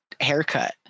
haircut